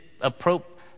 appropriate